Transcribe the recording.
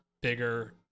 bigger